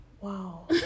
wow